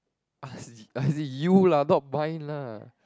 as in you lah not mine lah